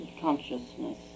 consciousness